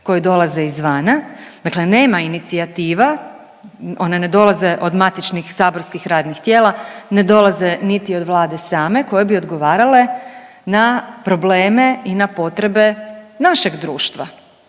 koji dolaze izvana. Dakle, nema inicijativa, one ne dolaze od matičnih saborskih radnih tijela, ne dolaze niti od Vlade same koje bi odgovarale na probleme i na potrebe našeg društva.